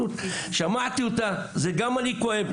שמעתי אותה, גם אני כואב.